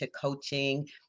coaching